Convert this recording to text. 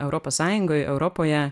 europos sąjungoj europoje